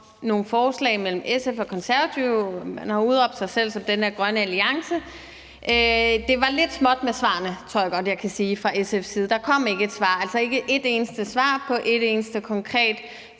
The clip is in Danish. nogle forslag mellem SF og Konservative. Man har udråbt sig selv som den her grønne alliance. Det var lidt småt med svarene, tror jeg godt jeg kan sige, fra SF's side. Der kom ikke et svar, altså ikke et eneste svar med et eneste konkret